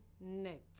net